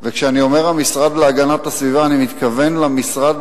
כשאני אומר המשרד להגנת הסביבה אני מתכוון למשרד